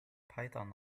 python